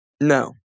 No